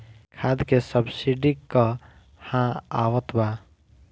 खाद के सबसिडी क हा आवत बा?